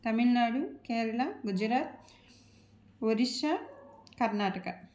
Tamil Nadu Kerala Gujarat Orissa Karnataka